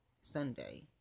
Sunday